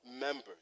members